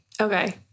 Okay